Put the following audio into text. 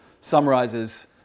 summarizes